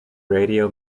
radio